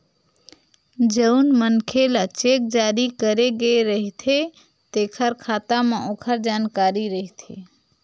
जउन मनखे ल चेक जारी करे गे रहिथे तेखर खाता म ओखर जानकारी रहिथे